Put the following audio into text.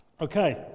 Okay